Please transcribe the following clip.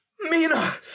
Mina